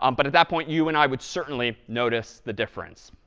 um but at that point, you and i would certainly notice the difference.